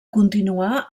continuar